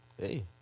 Hey